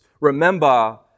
Remember